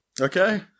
Okay